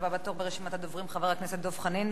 הבא בתור ברשימת הדוברים, חבר הכנסת דב חנין.